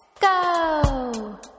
go